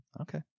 Okay